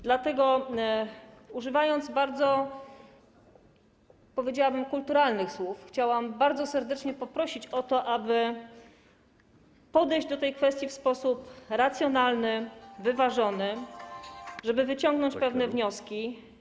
Dlatego, używając bardzo, powiedziałabym, kulturalnych słów, chciałam bardzo serdecznie poprosić o to, aby podejść do tej kwestii w sposób racjonalny, wyważony, żeby wyciągnąć pewne wnioski.